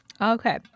Okay